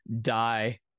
die